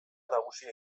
nagusia